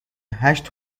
هشت